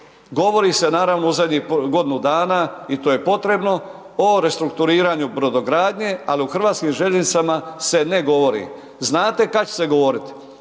Govori se, naravno u zadnjih godinu dana i to je potrebno, o restrukturiranju brodogradnje, ali o HŽ-u se ne govori. Znate kad će se govoriti?